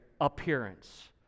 appearance